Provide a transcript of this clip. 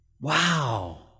Wow